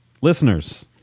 Listeners